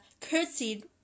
curtsied